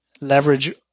leverage